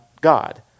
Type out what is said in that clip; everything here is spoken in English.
God